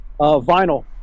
vinyl